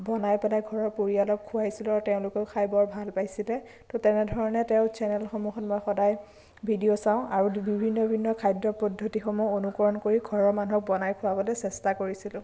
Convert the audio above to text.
বনাই পেলাই ঘৰৰ পৰিয়ালক খুৱাইছিলোঁ আৰু তেওঁলোকেও খাই বৰ ভাল পাইছিলে তো তেনেধৰণে তেওঁ চেনেলসমূহত মই সদায় ভিডিঅ' চাওঁ আৰু বিভিন্ন বিভিন্ন খাদ্য পদ্ধতিসমূহ অনুকৰণ কৰি ঘৰৰ মানুহক বনাই খুৱাবলৈ চেষ্টা কৰিছিলোঁ